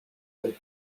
del